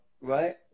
right